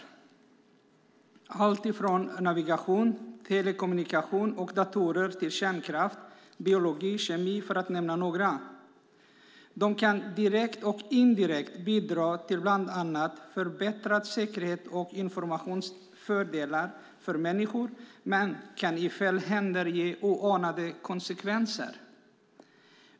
Det gäller allt från navigation, telekommunikation och datorer till kärnkraft, biologi och kemi, för att nämna några områden. Produkterna kan både direkt och indirekt bidra till bland annat förbättrad säkerhet och informationsfördelar för människor men kan i fel händer ge oanade konsekvenser.